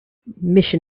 mission